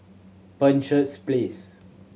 Penshurst Place